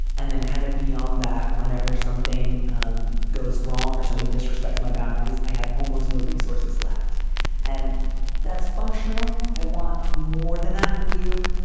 and then kind of beyond that, whenever something um goes wrong or somebody disrespects my boundaries. i have almost no resources left and that's functional. i want more than that for you.